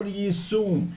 בר יישום,